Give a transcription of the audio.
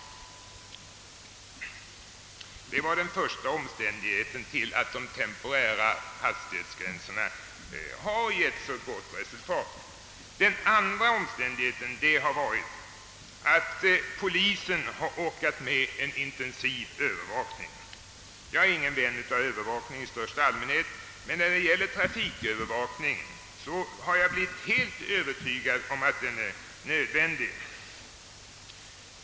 Detta var den första anledningen till att de temporära hastighetsgränserna givit så goda resultat. Den andra anledningen har varit att polisen har orkat med en intensiv övervakning. Jag är ingen vän av övervakning i största allmänhet, men jag har blivit helt övertygad om att övervakning är nödvändig i dessa sammanhang.